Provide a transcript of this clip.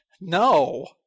No